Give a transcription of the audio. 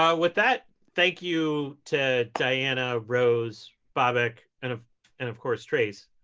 um with that, thank you to diana, rose, bobak, and of and of course, trace,